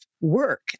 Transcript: work